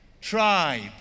tribe